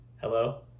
Hello